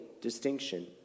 distinction